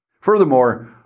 Furthermore